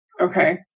Okay